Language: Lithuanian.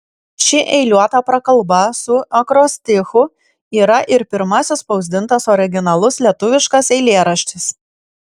ši eiliuota prakalba su akrostichu yra ir pirmasis spausdintas originalus lietuviškas eilėraštis